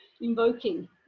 invoking